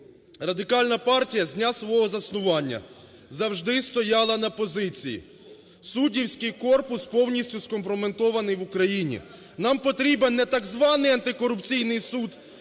Радикальна партія з дня свого заснування завжди стояла на позиції: суддівський корпус повністю скомпрометований в Україні. Нам потрібен не так званий Антикорупційний суд,